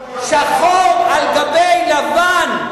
שחור על גבי לבן.